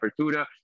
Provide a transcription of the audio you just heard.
Apertura